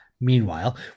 meanwhile